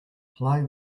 play